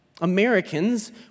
americans